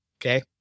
Okay